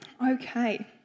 Okay